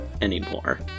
anymore